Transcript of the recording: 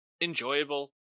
enjoyable